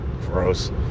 gross